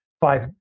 five